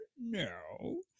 No